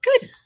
Good